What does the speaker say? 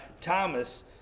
Thomas